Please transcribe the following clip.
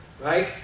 Right